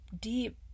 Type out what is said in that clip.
deep